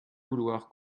vouloir